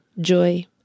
joy